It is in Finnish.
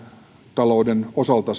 talouden osalta